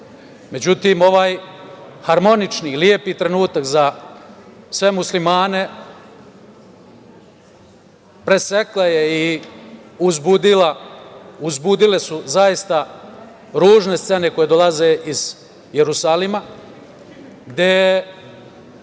ovaj harmonični, lepi trenutak za sve Muslimane, preseklo je i uzbudile su zaista ružne scene koje dolaze iz Jerusalima, gde